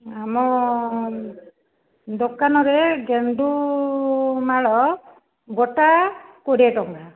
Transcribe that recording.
ଆମ ଦୋକାନରେ ଗେଣ୍ଡୁମାଳ ଗୋଟା କୋଡ଼ିଏ ଟଙ୍କା